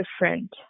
different